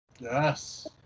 Yes